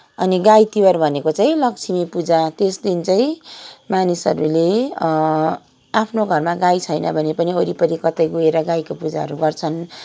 अनि गाई तिहार भनेको चाहिँ लक्ष्मीपुजा त्यसदिन चाहिँ मानिसहरूले आफ्नो घरमा गाई छैन भने पनि वरिपरि कतै गएर गाईको पुजाहरू गर्छन्